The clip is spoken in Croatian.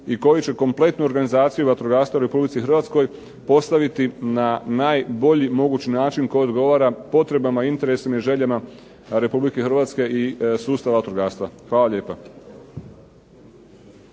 i koji će kompletnu organizaciju vatrogastva u Republici Hrvatskoj postaviti na najbolji mogući način koji odgovara potrebama interesima i željama Republike Hrvatske i sustav vatrogastva. Hvala lijepa.